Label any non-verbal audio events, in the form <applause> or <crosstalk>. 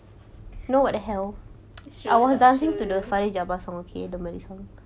<laughs> sure ke tak sure